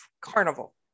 carnival